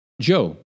Joe